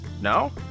No